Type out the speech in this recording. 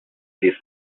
زیست